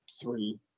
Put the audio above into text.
three